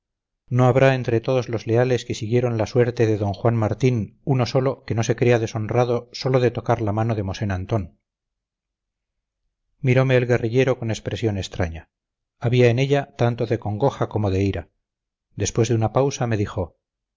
no habrá entre todos los leales que siguieron la suerte de d juan martín uno solo que no se crea deshonrado sólo de tocar la mano de mosén antón mirome el guerrillero con expresión extraña había en ella tanto de congoja como de ira después de una pausa me dijo